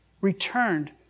Returned